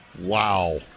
Wow